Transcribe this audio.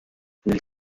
nel